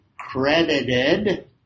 credited